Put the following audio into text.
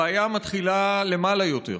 הבעיה מתחילה למעלה יותר,